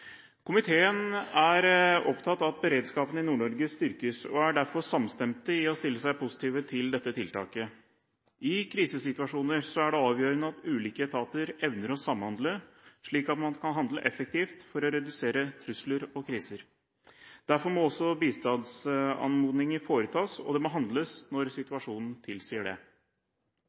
Komiteen er opptatt av at beredskapen i Nord-Norge styrkes, og er derfor samstemt i å stille seg positiv til dette tiltaket. I krisesituasjoner er det avgjørende at ulike etater evner å samhandle, slik at man kan handle effektivt for å redusere trusler og kriser. Derfor må også bistandsanmodninger foretas, og det må handles når situasjonen tilsier det.